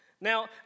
Now